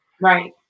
Right